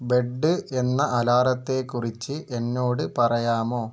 bed എന്ന അലാറത്തെക്കുറിച്ച് എന്നോട് പറയാമോ